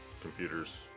computers